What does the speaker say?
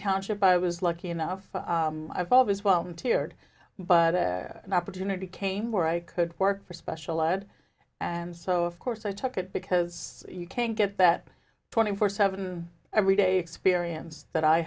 township i was lucky enough i've always welcome teared but an opportunity came where i could work for special ed and so of course i took it because you can't get that twenty four seven every day experience that i